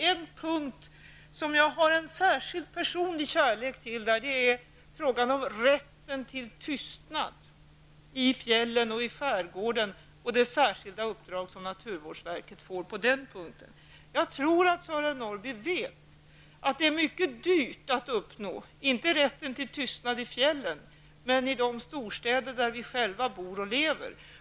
En punkt som jag har en personlig och särskild kärlek till gäller frågan om rätten till tystnad i fjällen och i skärgården. På det området ges ett särskilt uppdrag till naturvårdsverket. Sören Norrby vet säkert att det är mycket dyrt att åstadkomma, inte rätt till tystnad i fjällen men väl tystnad i de storstäder där vi själva bor och lever.